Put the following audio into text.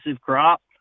crop